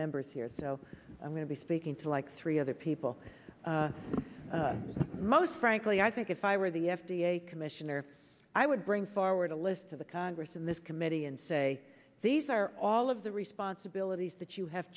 members here so i'm going to be speaking to like three other people most frankly i think if i were the f d a commissioner i would bring forward a list of the congress in this committee and say these are all of the responsibilities that you have